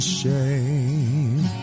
shame